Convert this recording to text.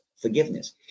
forgiveness